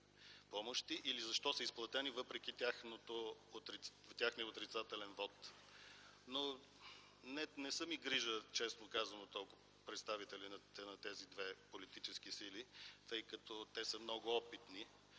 помощи или защо са изплатени, въпреки техния отрицателен вот. Честно казано, не са ми грижа толкова представителите на тези две политически сили, тъй като те са много опитни.